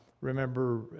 remember